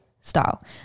style